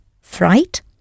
fright